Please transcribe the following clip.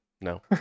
No